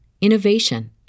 innovation